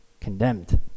condemned